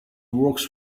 works